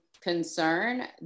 concern